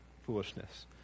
Foolishness